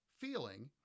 feeling